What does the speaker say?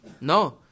No